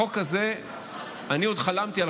על החוק הזה אני עוד "חלמתי",